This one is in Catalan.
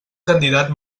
candidat